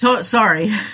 Sorry